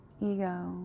ego